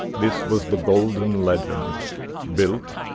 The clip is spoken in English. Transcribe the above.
this was the golden legend built,